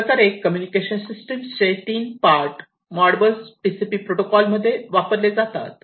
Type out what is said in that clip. अशाप्रकारे communication system चे 3 part Modbus TCP protocol मध्ये वापरले जातात